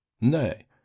Nay